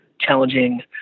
challenging